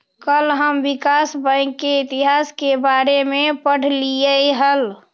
कल हम विकास बैंक के इतिहास के बारे में पढ़लियई हल